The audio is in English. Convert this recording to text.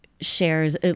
shares